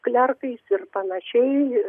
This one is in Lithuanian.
klerkais ir panašiai